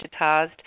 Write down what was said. digitized